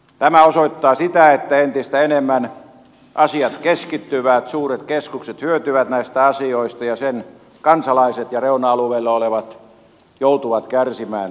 tämä osoittaa sitä että entistä enemmän asiat keskittyvät suuret keskukset hyötyvät näistä asioista ja sen kansalaiset ja reuna alueilla olevat joutuvat kärsimään tästäkin tilanteesta